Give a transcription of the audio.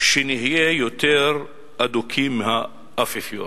שנהיה יותר אדוקים מהאפיפיור?